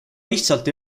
lihtsalt